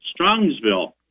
Strongsville